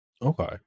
Okay